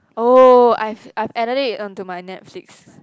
oh I've I've added it onto my Netflix